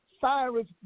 Cyrus